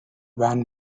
van